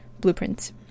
blueprints